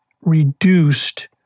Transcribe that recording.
reduced